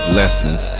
lessons